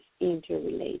interrelated